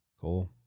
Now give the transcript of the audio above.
Cool